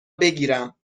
بگیرم